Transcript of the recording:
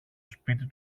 σπίτι